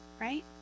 right